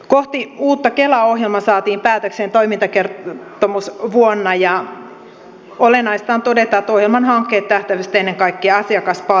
kohti uutta kelaa ohjelma saatiin päätökseen toimintakertomusvuonna ja olennaista on todeta että ohjelman hankkeet tähtäsivät ennen kaikkea asiakaspalvelun parantamiseen